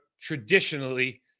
traditionally